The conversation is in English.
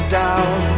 down